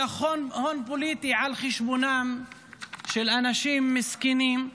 הון פוליטי על חשבונם של אנשים מסכנים,